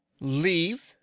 Leave